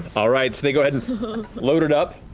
all right, so they go ahead and load it up,